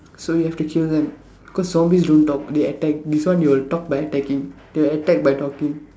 so you have to kill them cause zombies don't talk they attack this one they will talk by attacking they'll attack by talking